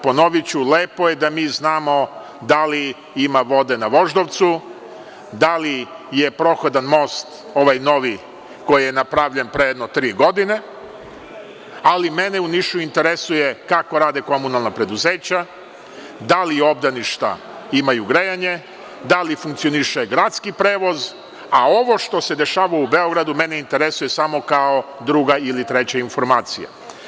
Ponoviću – lepo je da mi znamo da li ima vode na Voždovcu, da li je prohodan most ovaj novi koji je napravljen pre jedno tri godine, ali mene u Nišu interesu kako rade komunalna preduzeća, da li obdaništa imaju grejanje, da li funkcioniše gradski prevoz, a ovo što se dešava u Beogradu mene interesuje kao druga ili treba informacija.